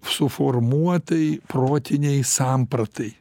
suformuotai protinei sampratai